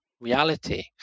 reality